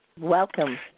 Welcome